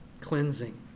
cleansing